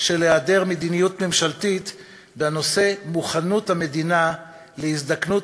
של היעדר מדיניות ממשלתית בנושא מוכנות המדינה להזדקנות